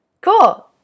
Cool